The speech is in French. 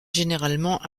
généralement